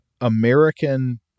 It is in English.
American